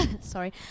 sorry